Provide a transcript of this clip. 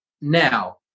now